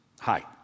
hi